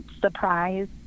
surprise